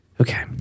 Okay